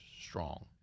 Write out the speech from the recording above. strong